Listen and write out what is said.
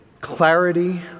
clarity